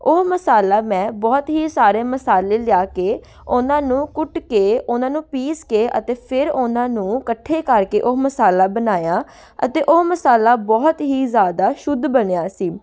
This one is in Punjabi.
ਉਹ ਮਸਾਲਾ ਮੈਂ ਬਹੁਤ ਹੀ ਸਾਰੇ ਮਸਾਲੇ ਲਿਆ ਕੇ ਉਹਨਾਂ ਨੂੰ ਕੁੱਟ ਕੇ ਉਹਨਾਂ ਨੂੰ ਪੀਸ ਕੇ ਅਤੇ ਫਿਰ ਉਹਨਾਂ ਨੂੰ ਇਕੱਠੇ ਕਰਕੇ ਉਹ ਮਸਾਲਾ ਬਣਾਇਆ ਅਤੇ ਉਹ ਮਸਾਲਾ ਬਹੁਤ ਹੀ ਜ਼ਿਆਦਾ ਸ਼ੁੱਧ ਬਣਿਆ ਸੀ